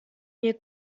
mir